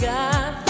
God